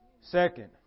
Second